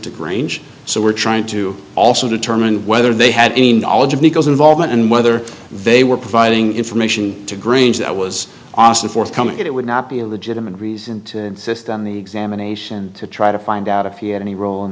grange so we're trying to also determine whether they had any knowledge of nicole's involvement and whether they were providing information to grange that was awesome forthcoming it would not be a legitimate reason to insist on the examination to try to find out if he had any role in